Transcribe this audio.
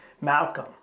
Malcolm